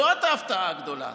זו ההפתעה הגדולה.